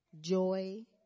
joy